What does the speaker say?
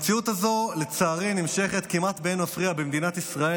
המציאות הזו נמשכת כמעט באין מפריע במדינת ישראל